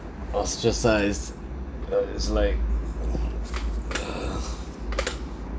ostracised uh is like